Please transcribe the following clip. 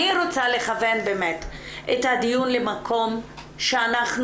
אני רוצה לכוון באמת את הדיון למקום שאנחנו